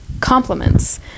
compliments